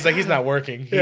like he's not working. yeah